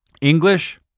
English